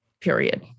period